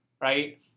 right